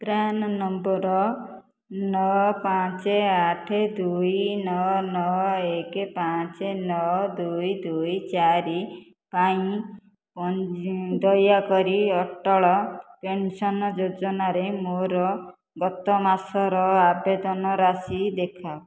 PRAN number ନଅ ପାଞ୍ଚ ଆଠ ଦୁଇ ନଅ ନଅ ଏକ ପାଞ୍ଚ ନଅ ଦୁଇ ଦୁଇ ଚାରି ପାଇଁ ଦୟାକରି ଅଟଳ ପେନ୍ସନ୍ ଯୋଜନାରେ ମୋର ଗତ ମାସର ଅବେଦନ ରାଶି ଦେଖାଅ